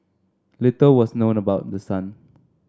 little was known about the son